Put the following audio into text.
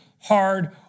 hard